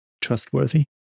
trustworthy